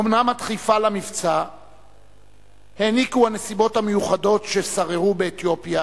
אומנם את הדחיפה למבצע העניקו הנסיבות המיוחדות ששררו באתיופיה